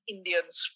Indians